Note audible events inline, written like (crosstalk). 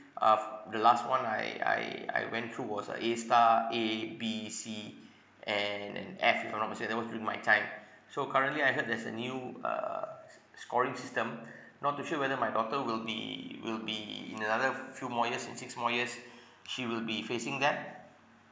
uh the last one I I I went through was uh A star A B C (breath) N and F if I'm not mistaken and that was during my time (breath) so currently I heard there's a new err s~ scoring system (breath) not too sure whether my daughter will be will be in another few more years in six more years (breath) she will be facing that